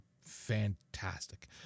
fantastic